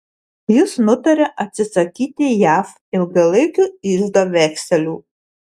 jis nutarė atsisakyti jav ilgalaikių iždo vekselių